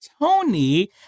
tony